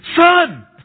Son